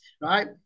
right